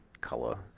color